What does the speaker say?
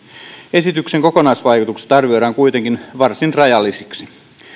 esityksen kokonaisvaikutukset arvioidaan kuitenkin varsin rajallisiksi